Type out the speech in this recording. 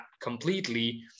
completely